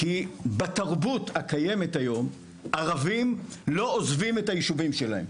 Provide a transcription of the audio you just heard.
כי בתרבות הקיימת היום ערבים לא עוזבים את הישובים שלהם.